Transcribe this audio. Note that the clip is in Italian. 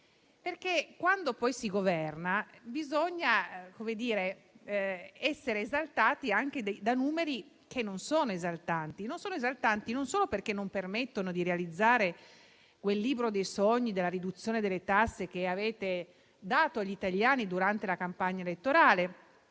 0,3. Quando si governa bisogna essere esaltati da numeri che non sono esaltanti non solo perché non permettono di realizzare quel libro dei sogni della riduzione delle tasse che avete offerto agli italiani durante la campagna elettorale,